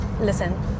listen